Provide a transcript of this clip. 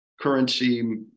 currency